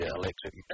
electric